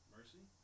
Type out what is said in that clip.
Mercy